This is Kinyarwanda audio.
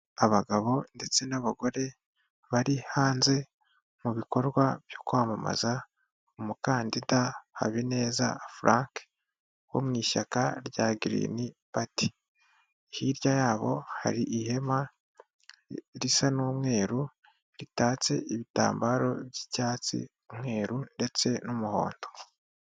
Abagabo ndetse n'abagore bari hanze mu bikorwa byo kwamamaza umukandida Habineza Frank wo mu ishyaka rya Girini pati hirya yabo hari ihema risa n'umweru ritatse ibitambaro by'icyatsi, umweru ndetse n'umuhondo.